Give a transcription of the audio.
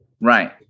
Right